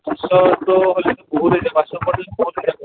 পাঁচশটো হ'লে মানে বহুত হৈ যায় পাঁচশ ওপৰত হ'লে বহুত হৈ যায়গে